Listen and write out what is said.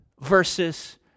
versus